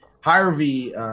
Harvey